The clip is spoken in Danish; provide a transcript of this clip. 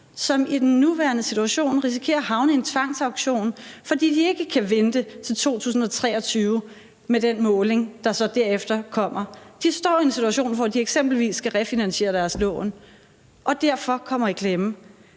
som i den nuværende situation risikerer at havne i en situation med tvangsauktion, fordi de ikke kan vente til 2023 på den måling, der kommer derefter. De står i en situation, hvor de eksempelvis skal refinansiere deres lån og derfor kommer i klemme.